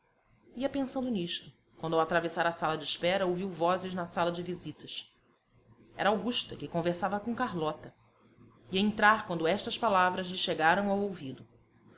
ia pensando nisto quando ao atravessar a sala de espera ouviu vozes na sala de visitas era augusta que conversava com carlota ia entrar quando estas palavras lhe chegaram ao ouvido